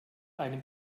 einem